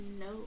No